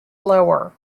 lower